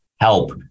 help